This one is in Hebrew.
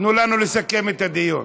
תנו לנו לסכם את הדיון.